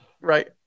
Right